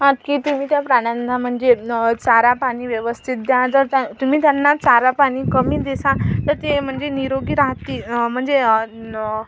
की तुम्ही त्या प्राण्यांना म्हणजे न चारा पाणी व्यवस्थित द्या जर त्या तुम्ही त्यांना चारा पाणी कमी देसान तर ते म्हणजे निरोगी राहते म्हणजे